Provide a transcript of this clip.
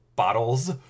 Bottles